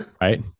right